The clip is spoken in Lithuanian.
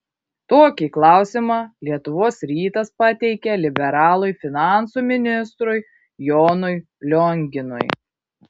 tokį klausimą lietuvos rytas pateikė liberalui finansų ministrui jonui lionginui